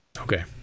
Okay